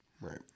Right